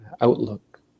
outlook